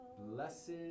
blessed